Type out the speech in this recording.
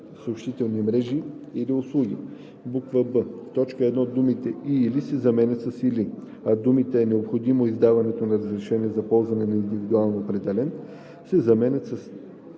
б) в т. 1 думите „и/или“ се заменят с „или“, а думите „е необходимо издаване на разрешение за ползване на индивидуално определен“ се заменят